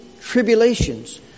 tribulations